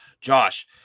Josh